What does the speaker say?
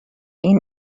این